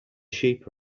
sheep